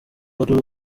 ari